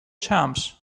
chumps